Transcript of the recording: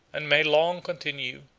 and may long continue,